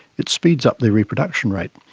it speeds up their reproduction rate.